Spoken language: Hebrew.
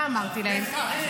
מה אמרתי להם?